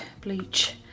bleach